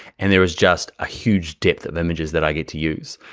and there is just a huge depth of images that i get to use.